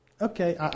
Okay